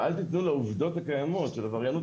ואל תיתנו לעובדות הקיימות של עבריינות